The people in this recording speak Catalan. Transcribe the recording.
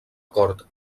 cort